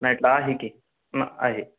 नाईटला आहे की न आहे